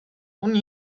ohne